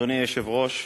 אדוני היושב-ראש,